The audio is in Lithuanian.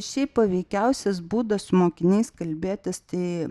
šiaip paveikiausias būdas su mokiniais kalbėtis tai